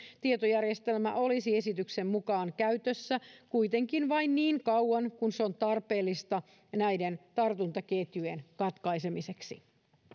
tietojärjestelmä olisi esityksen mukaan käytössä kuitenkin vain niin kauan kuin se on tarpeellista näiden tartuntaketjujen katkaisemiseksi